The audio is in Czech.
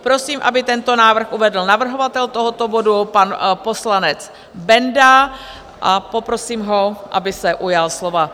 Prosím, aby tento návrh uvedl navrhovatel tohoto bodu, pan poslanec Benda, a poprosím ho, aby se ujal slova.